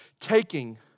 taking